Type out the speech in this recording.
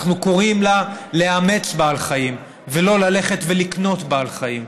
אנחנו קוראים לה לאמץ בעל חיים ולא ללכת ולקנות בעל חיים,